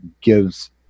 gives